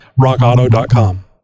rockauto.com